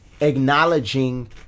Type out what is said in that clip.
acknowledging